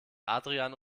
adrian